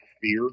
fear